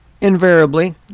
invariably